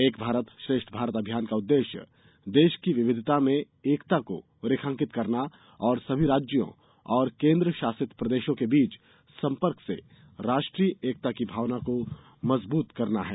एक भारत श्रेष्ठ भारत अभियान का उद्देश्य देश की विविधता में एकता को रेखांकित करना और सभी राज्यों और केन्द्र शासित प्रदेशों के बीच सम्पर्क से राष्ट्रीय एकता की भावना मजबूत करना है